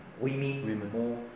women